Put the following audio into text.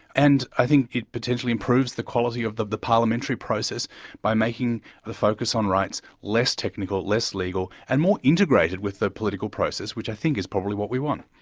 and i think it potentially improves the quality of the the parliamentary process by making the focus on rights less technical, less legal, and more integrated with the political process, which i think is probably what we want.